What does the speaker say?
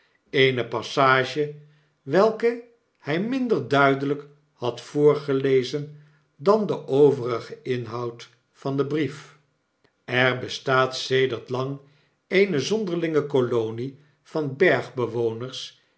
eene passage welke hij minder duidelijk had voorgelezen dan den overigen inhoud van den brief er bestaat sedert lang eene zonderlinge kolonie van